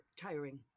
tiring